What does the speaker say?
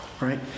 Right